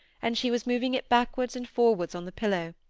and she was moving it backwards and forwards on the pillow,